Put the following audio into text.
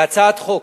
בהצעת חוק,